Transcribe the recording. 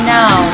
now